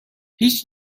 هیچ